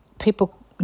people